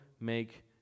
make